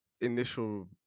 initial